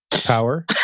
Power